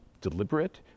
deliberate